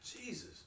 Jesus